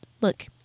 look